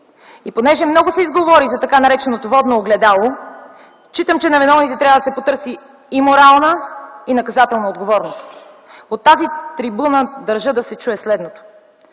Понеже много се изговори за така нареченото „Водно огледало” считам, че на виновните следва да се потърси и морална, и наказателна отговорност. От тази трибуна държа да се чуе следното: